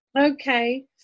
Okay